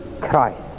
christ